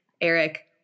Eric